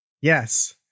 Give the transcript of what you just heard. yes